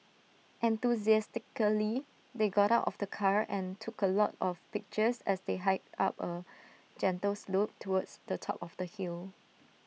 enthusiastically they got out of the car and took A lot of pictures as they hiked up A gentle slope towards the top of the hill